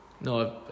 no